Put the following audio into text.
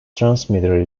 transmitter